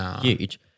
huge